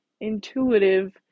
intuitive